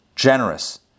generous